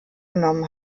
genommen